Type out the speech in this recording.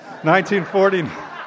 1949